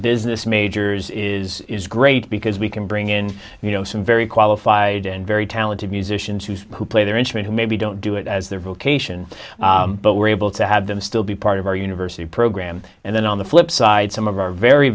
business majors is is great because we can bring in you know some very qualified and very talented musicians who play their interest who maybe don't do it as their vocation but we're able to have them still be part of our university program and then on the flip side some of our very